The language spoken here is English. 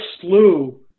slew